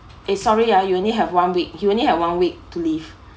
eh sorry ah you only have one week you only have one week to live